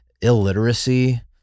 illiteracy